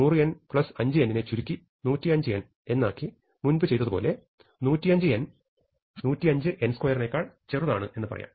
100n5n നെ ചുരുക്കി 105n എന്നാക്കി മുൻപ് ചെയ്തതുപോലെ 105n 105n2 എന്ന് പറയാം